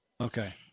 Okay